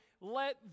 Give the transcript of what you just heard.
Let